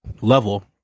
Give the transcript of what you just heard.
level